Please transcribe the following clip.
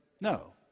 No